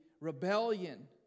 rebellion